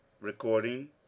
recording